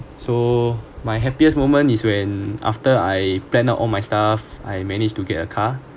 so my happiest moment is when after I planned out all my stuff I managed to get a car